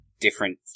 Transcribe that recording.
different